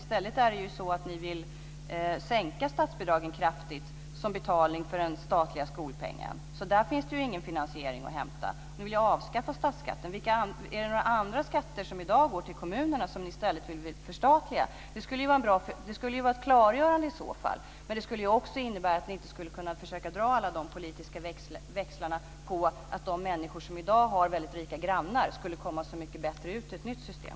I stället är det så att ni vill sänka statsbidragen kraftigt, som betalning för den statliga skolpengen. Där finns det ingen finansiering att hämta. Ni vill avskaffa statsskatten. Är det några andra skatter som i dag går till kommunerna som ni i stället vill förstatliga? Det skulle i så fall vara ett klargörande. Men det skulle också innebära att ni inte skulle kunna dra alla dessa politiska växlar på att de människor som i dag har väldigt rika grannar skulle få det så mycket bättre i ett nytt system.